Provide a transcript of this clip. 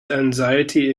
anxiety